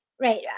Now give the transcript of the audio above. right